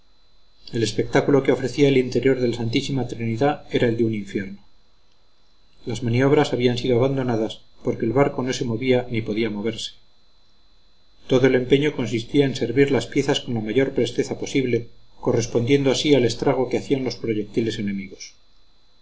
el espectáculo que ofrecía el interior del santísima trinidad era el de un infierno las maniobras habían sido abandonadas porque el barco no se movía ni podía moverse todo el empeño consistía en servir las piezas con la mayor presteza posible correspondiendo así al estrago que hacían los proyectiles enemigos